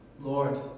Lord